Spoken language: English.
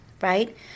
right